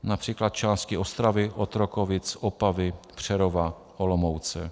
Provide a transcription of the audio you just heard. Například části Ostravy, Otrokovic, Opavy, Přerova, Olomouce.